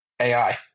AI